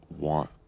want